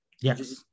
yes